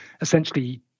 essentially